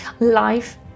Life